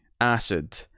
acid